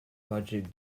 budget